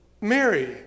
Mary